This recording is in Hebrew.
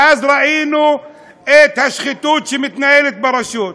ואז ראינו את השחיתות שמתנהלת ברשות.